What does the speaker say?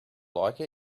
like